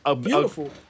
beautiful